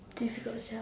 difficult Sia